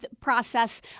process